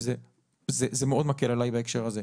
וזה מאוד מקל עליי בהקשר הזה.